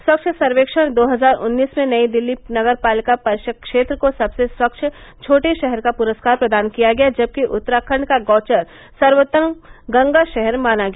स्वच्छ सर्वेक्षण दो हजार उन्नीस में नई दिल्ली नगरपालिका परिषद क्षेत्र को सबसे स्वच्छ छोटे शहर का पुरस्कार प्रदान किया गया जबकि उत्तराखंड का गौचर सर्वोत्तम गंगा शहर माना गया